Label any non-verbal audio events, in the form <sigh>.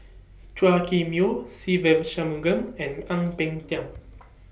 Chua Kim Yeow Se Ve Shanmugam and Ang Peng Tiam <noise>